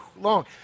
long